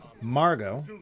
Margot